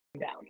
down